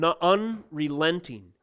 unrelenting